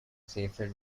seifert